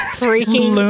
freaking